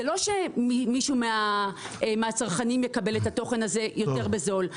זה שלא שמישהו מהצרכנים מקבל את התוכן הזה יותר בזול,